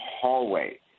hallway